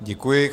Děkuji.